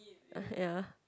ah ya